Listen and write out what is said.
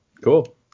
cool